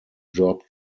job